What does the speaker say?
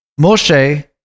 Moshe